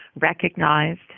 recognized